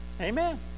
Amen